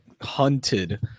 hunted